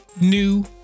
new